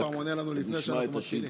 אתה כל פעם עונה לנו לפני שאנחנו מתחילים.